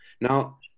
Now